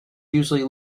usually